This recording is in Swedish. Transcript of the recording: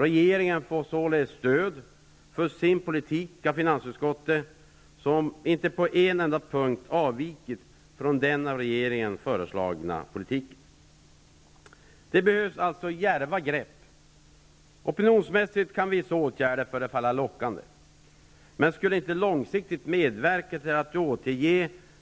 Regeringen får således stöd för sin politik av finansutskottet, som inte på en enda punkt avvikit från den av regeringen föreslagna politiken. Det behövs alltså djärva grepp. Opinionsmässigt kan vissa åtgärder förefalla lockande. Men de skulle inte långsiktigt medverka till att